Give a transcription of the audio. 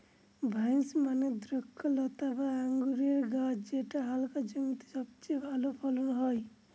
vines মানে দ্রক্ষলতা বা আঙুরের গাছ যেটা হালকা জমিতে সবচেয়ে ভালো ফলন হয়